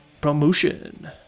Promotion